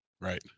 Right